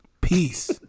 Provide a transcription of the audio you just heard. Peace